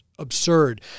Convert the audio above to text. Absurd